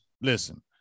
Listen